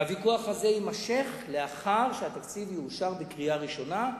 והוויכוח הזה יימשך לאחר שהתקציב יאושר בקריאה ראשונה,